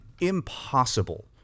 impossible